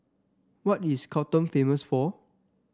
what is Khartoum famous for